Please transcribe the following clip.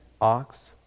ox